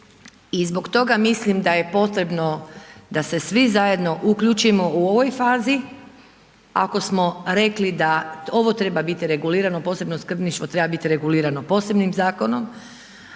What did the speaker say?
i zbog toga mislim da je potrebno da se svi zajedno uključimo u ovoj fazi ako smo rekli da ovo treba biti regulirano, posebno skrbništvo treba biti regulirano posebnim zakonom